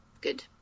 good